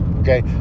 okay